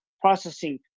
processing